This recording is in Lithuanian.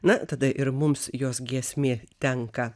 na tada ir mums jos giesmė tenka